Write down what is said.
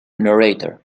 narrator